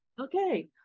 Okay